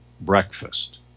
breakfast